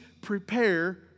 prepare